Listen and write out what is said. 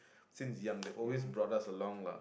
since young they always bought us along lah